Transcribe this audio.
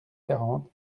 quarante